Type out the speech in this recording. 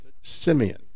Simeon